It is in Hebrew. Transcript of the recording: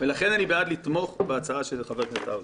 ולכן אני בעד לתמוך בהצעה של חבר הכנסת האוזר.